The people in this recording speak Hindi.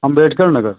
अम्बेडकर नगर